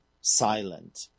silent